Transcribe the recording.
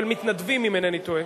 של מתנדבים, אם אינני טועה.